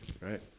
right